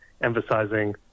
emphasizing